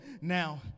now